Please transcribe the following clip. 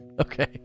okay